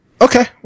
okay